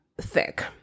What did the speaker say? thick